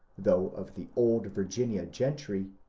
though of the old virginia gentry,